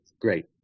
Great